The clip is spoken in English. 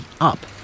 Up